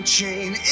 chain